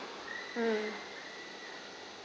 hmm